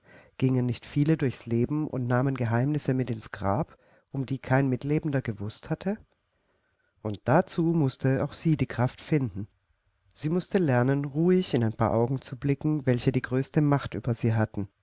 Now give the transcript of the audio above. gingen nicht viele durchs leben und nahmen geheimnisse mit ins grab um die kein mitlebender gewußt hatte und dazu mußte auch sie die kraft finden sie mußte lernen ruhig in ein paar augen zu blicken welche die größte macht über sie hatten